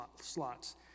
slots